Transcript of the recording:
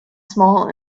small